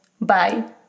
Bye